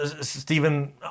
Stephen